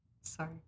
Sorry